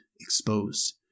exposed